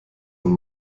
nun